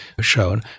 shown